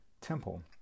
temple